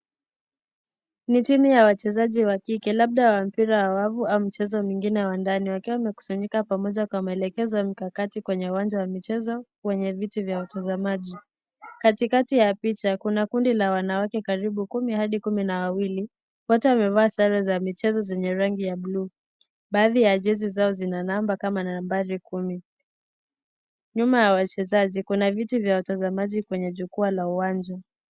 Ni timu ya wachezaji wa kike labda wa mpira wa wamu au michezo mingine wa ndani wakiwa wamekusanyika pamoja kwa maelekezo ya mikakati kwenye uwanja wa michezo wenye viti vya utazamaji. Katika ya picha kuna kundi la wanawake karibu kumi hadi kumi na wawili, wote wamevaa sare ya michezo zenye rangi ya blue . Baadhi ya jezi zao kuna number kama numbari kumi. Nyuma ya wachezaji kuna viti vya watazamaji kwenye chukua la uwanja.